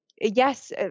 yes